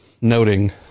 noting